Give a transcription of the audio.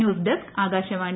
news desk Akashvani